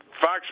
Fox